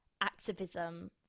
activism